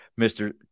Mr